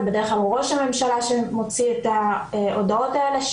בדרך כלל ראש הממשלה מוציא את ההודעות האלה,